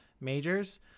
Majors